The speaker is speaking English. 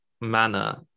manner